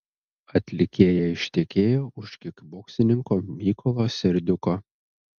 atlikėja ištekėjo už kikboksininko mykolo serdiuko